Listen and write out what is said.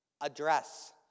address